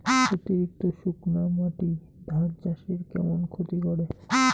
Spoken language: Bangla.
অতিরিক্ত শুকনা মাটি ধান চাষের কেমন ক্ষতি করে?